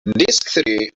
three